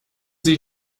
sie